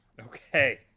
okay